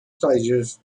stages